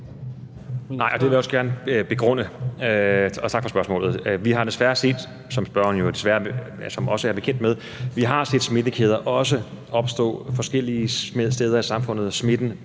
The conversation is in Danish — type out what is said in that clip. Nej, og det vil jeg også gerne begrunde. Og tak for spørgsmålet. Vi har desværre, som spørgeren også er bekendt med, set smittekæder opstå forskellige steder i samfundet. Smitten